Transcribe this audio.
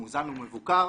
מאוזן ומבוקר